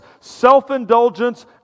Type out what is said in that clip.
self-indulgence